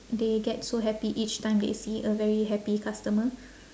they get so happy each time they see a very happy customer